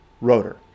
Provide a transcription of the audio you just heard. rotor